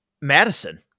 madison